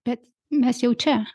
bet mes jau čia